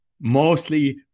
mostly